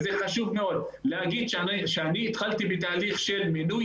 וזה חשוב לי מאוד להגיד שאני התחלתי בתהליך של מינוי